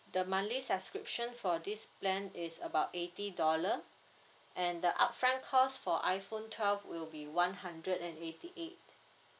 the monthly subscription for this plan is about eighty dollar and the upfront cost for iphone twelve will be one hundred and eighty eight